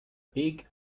big